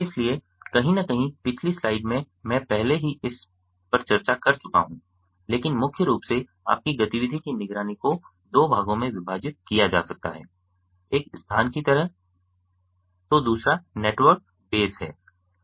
इसलिए कहीं न कहीं पिछली स्लाइड्स में मैं पहले ही इस पर चर्चा कर चुका हूं लेकिन मुख्य रूप से आपकी गतिविधि की निगरानी को दो भागों में विभाजित किया जा सकता है एक स्थान की तरह है तो दूसरा नेटवर्क बेस है